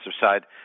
side